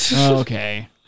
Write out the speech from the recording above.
Okay